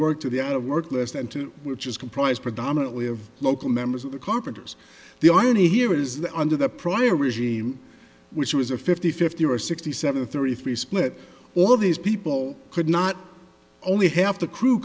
work to the out of work less than two which is comprised predominantly of local members of the carpenters the irony here is that under the prior regime which was a fifty fifty or sixty seven thirty three split all of these people could not only have the crew